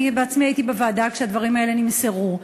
אני עצמי הייתי בוועדה כשהדברים האלה נמסרו.